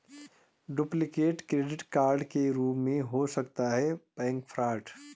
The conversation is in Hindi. डुप्लीकेट क्रेडिट कार्ड के रूप में हो सकता है बैंक फ्रॉड